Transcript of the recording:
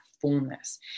fullness